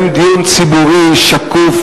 יש לקיים דיון ציבורי שקוף,